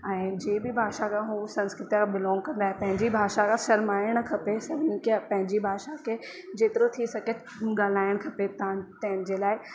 ऐं जे बि भाषा जा हो संस्कृतीअ खे बिलॉंग कंदा आहियो पंहिंजी भाषा खां शर्माइण न खपे सभनीनि खे पंहिंजी भाषा खे जेतिरो थी सघे ॻाल्हाइणु खपे त तंहिंजे लाइ